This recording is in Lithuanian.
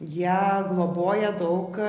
jie globoja daug